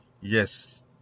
Yes